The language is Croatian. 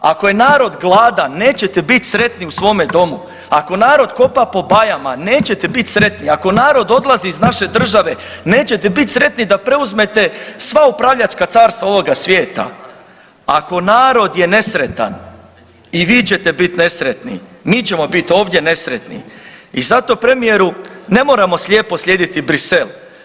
Ako je narod gladan nećete bit sretni u svome domu, ako narod kopa po bajama nećete bit sretni, ako narod odlazi iz naše države nećete bit sretni da preuzmete sva upravljačka carstva ovoga svijeta, ako narod je nesretan i vi ćete bit nesretni, mi ćemo bit ovdje nesretni i zato premijeru ne moramo slijepo slijediti Brisel.